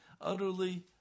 utterly